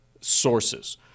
sources